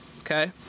Okay